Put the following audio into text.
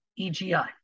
EGI